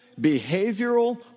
behavioral